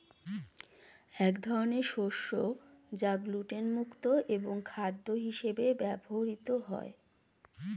এক ধরনের শস্য যা গ্লুটেন মুক্ত এবং খাদ্য হিসেবে ব্যবহৃত হয়